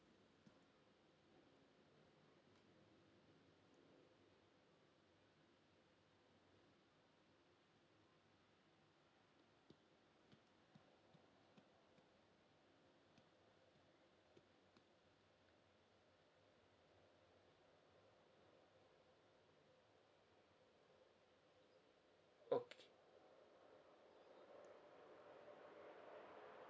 okay